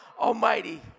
Almighty